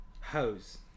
Hose